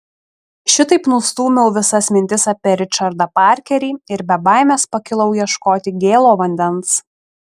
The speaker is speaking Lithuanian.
šitaip nustūmiau visas mintis apie ričardą parkerį ir be baimės pakilau ieškoti gėlo vandens